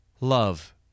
Love